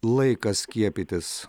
laikas skiepytis